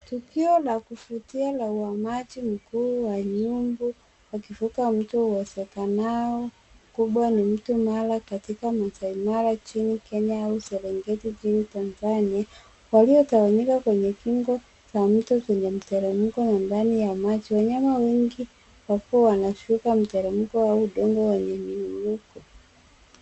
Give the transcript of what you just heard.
Tukio la kuvutia la uhamaji mkuu wa nyumbu, wakivuka mto uwezakanao kubwa ni mto Mara katika Maasai Mara nchini Kenya au Serengeti nchini Tanzania, waliyotawanyika kwenye kingo la mto yenye mteremko ya ndani ya maji. Wanyama wengi wapo wanashuka mteremko au dongoo wenye mmomonyoko.